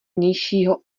vnějšího